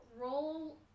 roll